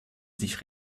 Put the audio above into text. sich